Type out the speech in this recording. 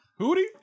Hootie